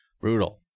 Brutal